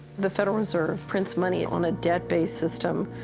the federal reserve prints money on a debt based system,